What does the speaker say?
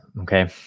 Okay